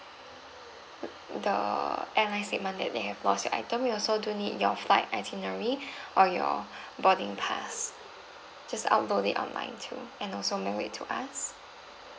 the airline statement that they have lost your item we also do need your flight itinerary or your boarding pass just upload it online to and also mail it to us